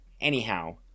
anyhow